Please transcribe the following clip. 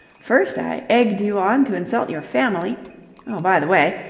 first i egged you on to insult your family oh, by the way,